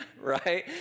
right